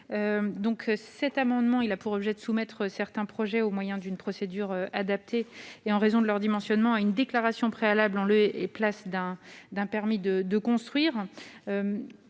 Cet amendement a pour objet de soumettre certains projets, au moyen d'une procédure adaptée et en raison de leur dimensionnement, à une déclaration préalable en lieu et place d'un permis de construire.